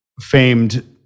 famed